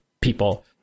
people